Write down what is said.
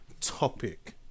topic